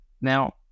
Now